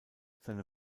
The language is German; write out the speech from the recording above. seine